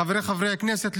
חבריי חברי הכנסת,